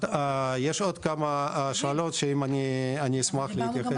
יש עוד כמה שאלות שאני אשמח להתייחס בהמשך.